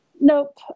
Nope